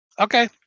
Okay